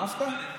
אהבת?